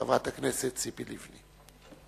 חברת הכנסת ציפי לבני.